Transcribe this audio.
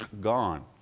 gone